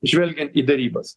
žvelgiant į derybas